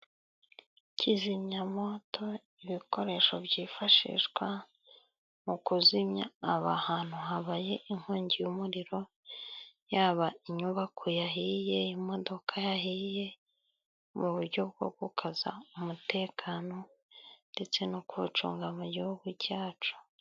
Kizimyamoto ibikoresho byifashishwa mu kuzimya aba hantu habaye inkongi y'umuriro yaba inyubako yahiye, imodoka yahiye, mu buryo bwo gukaza umutekano ndetse no kuwucunga mu gihugu cyacu.